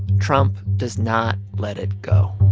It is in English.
trump does not let it go.